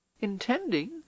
intending